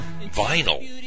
Vinyl